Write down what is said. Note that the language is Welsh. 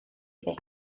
iddi